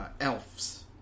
elves